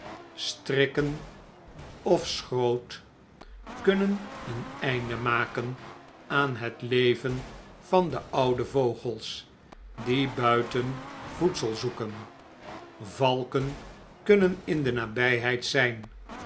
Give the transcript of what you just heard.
strikken of schroot kunnen een einde maken aan het leven van de oude vogels die buiten voedsel zoeken valken kunnen in de nabijheid zijn